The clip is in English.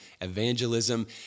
evangelism